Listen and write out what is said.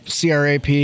CRAP